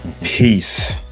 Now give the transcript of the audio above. peace